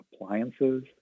appliances